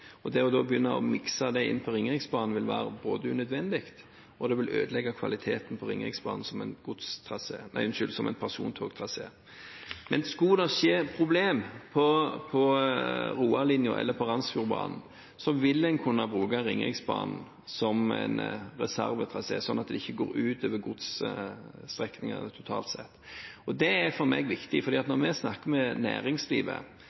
å begynne å mikse det inn på Ringeriksbanen vil både være unødvendig og ødelegge kvaliteten på Ringeriksbanen som persontogtrasé. Skulle det skje et problem på Roa-linjen eller på Randsfjordbanen, vil en kunne bruke Ringeriksbanen som en reservetrasé, sånn at det ikke går ut over godsstrekningene totalt sett. Det er for meg viktig, for når vi snakker med næringslivet,